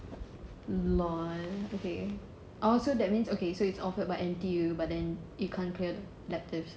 lol okay oh also that means okay so it's offered by N_T_U but then you can't clear the electives